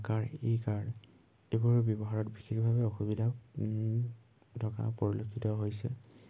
আ কাৰ ই কাৰ এইবোৰৰ ব্যৱহাৰত বিশেষভাৱে অসুবিধাও থকা পৰিলক্ষিত হৈছে